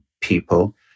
people